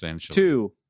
two